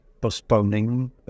postponing